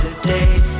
today